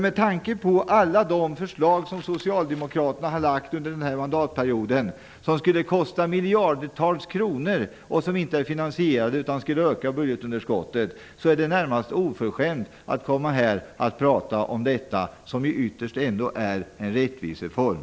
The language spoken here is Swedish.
Med tanke på alla de förslag som Socialdemokraterna har lagt fram under den här mandatperioden, förslag som skulle kosta miljardtals kronor och som inte är finansierade utan skulle öka budgetunderskottet, är det närmast oförskämt att komma och prata om ekonomiska motiv för att säga nej till vad som ytterst ändå är en rättvisereform.